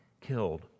killed